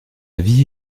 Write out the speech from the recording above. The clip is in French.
vie